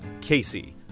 Casey